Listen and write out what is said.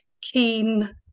keen